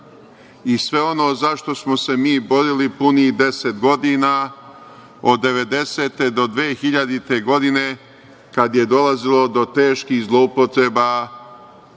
i sve ono za šta smo se mi borili punih 10 godina, od 1990. do 2000. godine, kad je dolazilo do teških zloupotreba